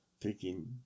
Taking